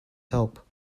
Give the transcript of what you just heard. help